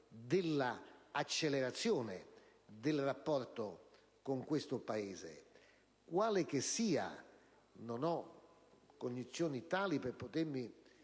dell'accelerazione del rapporto con questo Paese. Quale che sia, non ho cognizioni tali per potermi